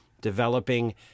developing